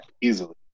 easily